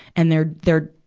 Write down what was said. and they're, they're,